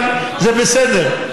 אבל זה בסדר.